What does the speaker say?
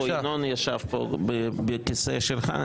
לא היית פה, ינון ישב פה בכיסא שלך.